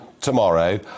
tomorrow